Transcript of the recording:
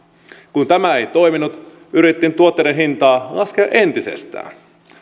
kun tämä ei toiminut yritettiin tuotteiden hintaa laskea entisestään